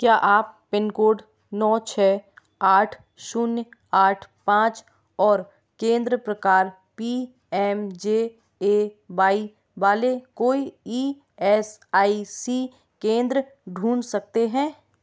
क्या आप pin code नौ छः आठ शून्य आठ पाँच और केंद्र प्रकार P M J A Y वाले कोई ई एस आई सी केंद्र ढूँढ सकते हैं